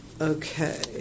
Okay